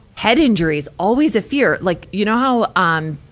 head injuries, always a fear. like, you know how, um,